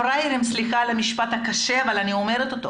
סליחה על המשפט הקשה אבל אני אומרת אותו